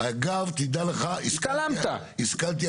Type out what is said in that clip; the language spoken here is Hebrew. התעלמת.